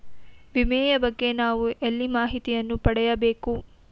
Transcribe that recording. ವಿಮೆಯ ಬಗ್ಗೆ ನಾವು ಎಲ್ಲಿ ಮಾಹಿತಿಯನ್ನು ಪಡೆಯಬೇಕು?